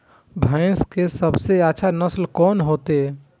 भैंस के सबसे अच्छा नस्ल कोन होते?